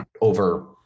over